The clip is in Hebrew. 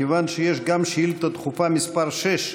מכיוון שיש גם שאילתה דחופה מס' 6,